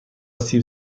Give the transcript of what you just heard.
سیب